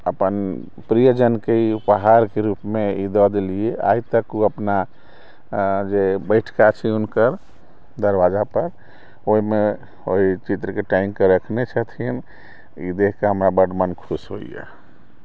अपन प्रियजन के ई उपहार के रुपमे ई दऽ देलियै आइ तक ओ अपना जे बैठका छै हुनकर दरवाजा पर ओहिमे ओहि चित्र के टांगि के रखने छथिन ई देख के हमरा बड्ड मन खुश होइया